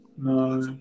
No